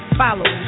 follow